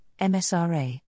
MSRA